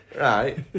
Right